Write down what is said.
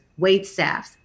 waitstaffs